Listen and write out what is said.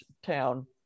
Town